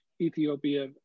Ethiopia